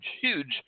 huge